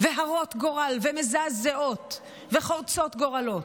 והרות גורל ומזעזעות וחורצות גורלות,